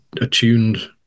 attuned